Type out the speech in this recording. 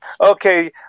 Okay